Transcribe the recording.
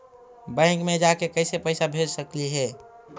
Bank मे जाके कैसे पैसा भेज सकली हे?